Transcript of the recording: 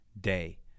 day